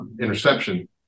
interception